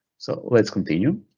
so let's continue